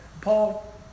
Paul